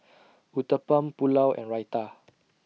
Uthapam Pulao and Raita